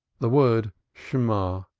the word shemang,